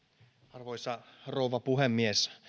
arvoisa rouva puhemies